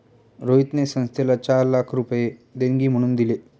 रोहितने संस्थेला चार लाख रुपये देणगी म्हणून दिले